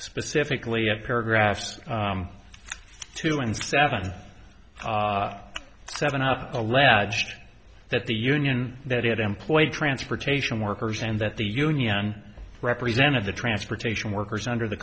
specifically of paragraphs two and seven seven have alleged that the union that it employed transportation workers and that the union represented the transportation workers under the